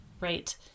right